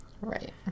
Right